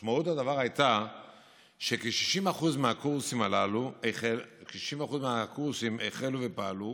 משמעות הדבר הייתה שכ-60% מהקורסים הללו החלו ופעלו,